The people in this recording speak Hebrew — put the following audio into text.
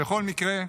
ובכל מקרה,